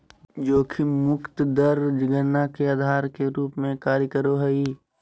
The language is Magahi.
जोखिम मुक्त दर गणना के आधार के रूप में कार्य करो हइ